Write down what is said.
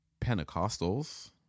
Pentecostals